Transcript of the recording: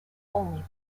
only